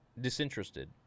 disinterested